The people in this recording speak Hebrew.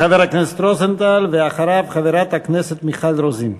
חבר הכנסת רוזנטל, ואחריו, חברת הכנסת מיכל רוזין.